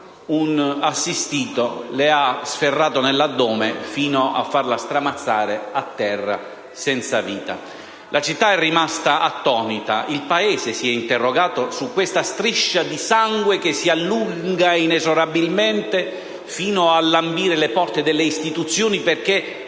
un assistito nell'addome fino a farla stramazzare a terra senza vita. La città è rimasta attonita. Il Paese si è interrogato su questa striscia di sangue che si allunga inesorabilmente fino a lambire le porte delle istituzioni. Oggi,